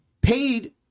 paid